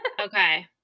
Okay